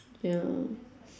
ya